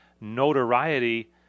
notoriety